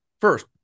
first